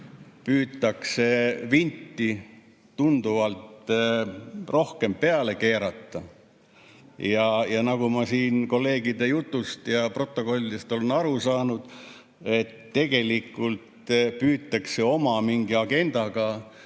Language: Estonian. püütakse vinti tunduvalt rohkem peale keerata. Nagu ma siin kolleegide jutust ja protokollidest olen aru saanud, tegelikult püütakse mingit oma agendat